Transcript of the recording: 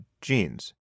genes